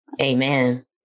Amen